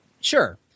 sure